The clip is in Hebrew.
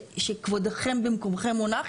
שכבודכם במקומכם מונח,